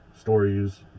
Stories